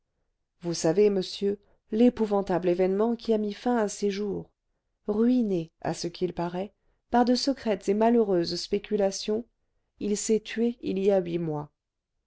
vous savez monsieur l'épouvantable événement qui a mis fin à ses jours ruiné à ce qu'il paraît par de secrètes et malheureuses spéculations il s'est tué il y a huit mois